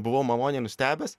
buvau maloniai nustebęs